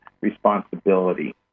responsibility